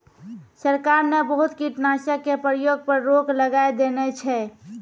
सरकार न बहुत कीटनाशक के प्रयोग पर रोक लगाय देने छै